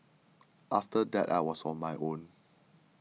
after that I was on my own